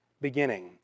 beginning